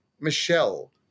Michelle